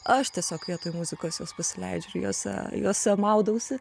aš tiesiog vietoj muzikos jos pasileidžiu ir jose juose maudausi